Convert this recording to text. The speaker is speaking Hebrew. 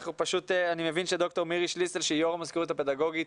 אני מבין שד"ר מירי שליסל שהיא יו"ר המזכירות הפדגוגית